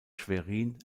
schwerin